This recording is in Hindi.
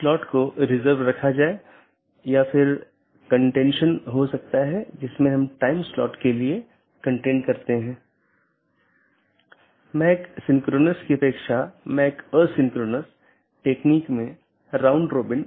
यदि स्रोत या गंतव्य में रहता है तो उस विशेष BGP सत्र के लिए ट्रैफ़िक को हम एक स्थानीय ट्रैफ़िक कहते हैं